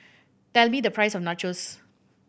tell me the price of Nachos